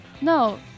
no